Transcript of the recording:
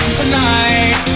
tonight